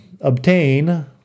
obtain